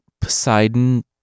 Poseidon